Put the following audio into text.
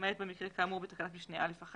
למעט במקרה כאמור בתקנת משנה (א1).